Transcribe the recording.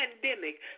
pandemic